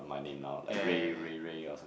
my name now like Ray Ray Ray or something